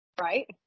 Right